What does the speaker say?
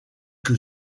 que